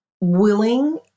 willing